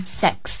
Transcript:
sex